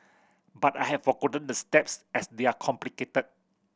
but I have forgotten the steps as they are complicated